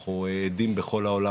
אנחנו עדים בכל העולם